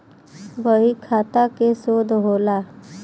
बहीखाता के शोध होला